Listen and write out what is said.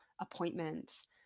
appointments